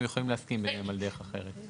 הם יכולים להסכים ביניהם על דרך אחרת.